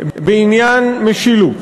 בעניין משילות,